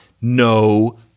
no